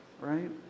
right